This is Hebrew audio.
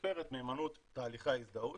לשפר את מהימנות תהליכי ההזדהות